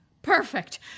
Perfect